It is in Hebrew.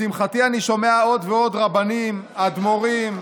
לשמחתי אני שומע עוד ועוד רבנים, אדמו"רים,